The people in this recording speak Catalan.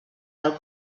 del